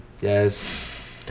Yes